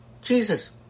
Jesus